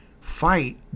fight